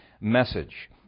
message